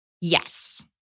Yes